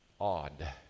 odd